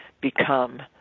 become